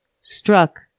struck